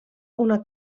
una